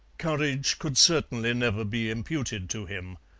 courage could certainly never be imputed to him.